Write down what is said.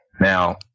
Now